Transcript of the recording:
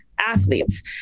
athletes